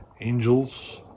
angels